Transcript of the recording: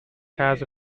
has